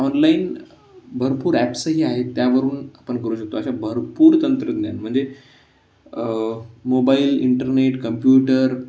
online भरपूर ॲप्सही आहेत त्यावरून आपण करू शकतो अशा भरपूर तंत्रज्ञान म्हणजे मोबाईल इंटरनेट कंप्युटर